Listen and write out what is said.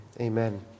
Amen